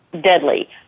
deadly